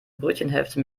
brötchenhälfte